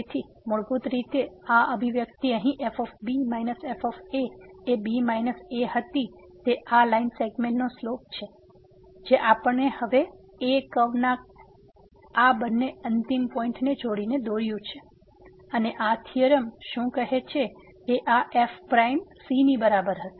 તેથી મૂળભૂત રીતે આ અભિવ્યક્તિ અહીં f f એ b - a હતી તે આ લાઈન સેગમેન્ટનો સ્લોપ છે જે આપણે હવે a કર્વ ના આ બંને અંતિમ પોઈંટ ને જોડીને દોર્યું છે અને આ થીયોરમ શું કહે છે કે આ f પ્રાઇમ c ની બરાબર હશે